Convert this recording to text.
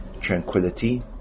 tranquility